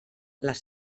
les